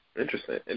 Interesting